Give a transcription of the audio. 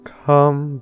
come